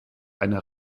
eine